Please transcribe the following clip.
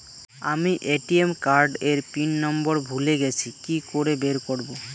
আমি ATM card এর PIN number ভুলে গেছি কি করে বের করব?